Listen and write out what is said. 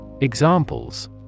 Examples